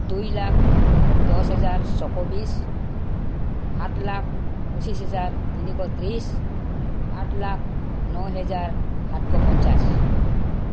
দুই লাখ দহ হেজাৰ ছয়শ বিশ সাত লাখ পঁচিছ হেজাৰ তিনিশ ত্ৰিছ আঠ লাখ ন হেজাৰ সাতশ পঞ্চাছ